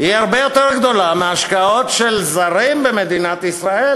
היא הרבה יותר גדולה מההשקעות של זרים במדינת ישראל.